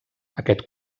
aquest